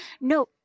No